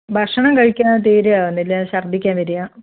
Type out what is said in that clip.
ഭക്ഷണം കഴിക്കാൻ തീരെ ആവുന്നില്ല ഛർദ്ദിക്കാൻ വരുകയാ